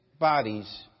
bodies